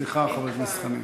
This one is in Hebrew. סליחה, חבר הכנסת חנין,